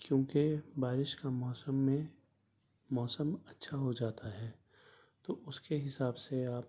کیونکہ بارش کا موسم میں موسم اچھا ہو جاتا ہے تو اس کے حساب سے آپ